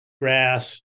grass